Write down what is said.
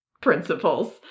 principles